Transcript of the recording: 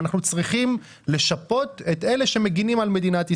אנחנו צריכים לשפות את אלה שמגינים על מדינת ישראל.